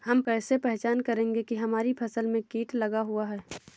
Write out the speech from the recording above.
हम कैसे पहचान करेंगे की हमारी फसल में कीट लगा हुआ है?